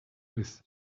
with